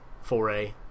foray